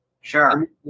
Sure